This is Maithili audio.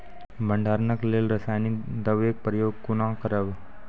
भंडारणक लेल रासायनिक दवेक प्रयोग कुना करव?